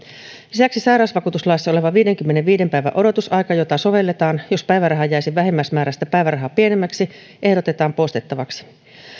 lisäksi sairausvakuutuslaissa oleva viidenkymmenenviiden päivän odotusaika jota sovelletaan jos päiväraha jäisi vähimmäismääräistä päivärahaa pienemmäksi ehdotetaan poistettavaksi